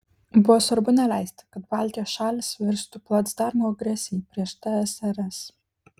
buvo svarbu neleisti kad baltijos šalys virstų placdarmu agresijai prieš tsrs